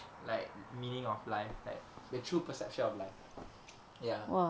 like meaning of life like the true perception of life ya